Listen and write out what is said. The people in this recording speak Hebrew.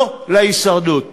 לא להישרדות.